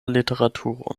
literaturo